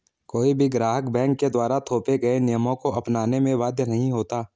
कोई भी ग्राहक बैंक के द्वारा थोपे गये नियमों को अपनाने में बाध्य नहीं होता